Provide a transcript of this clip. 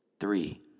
Three